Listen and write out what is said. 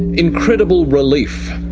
incredible relief,